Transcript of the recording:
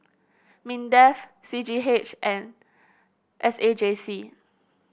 Mindef C G H and S A J C